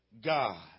God